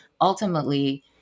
ultimately